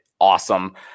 awesome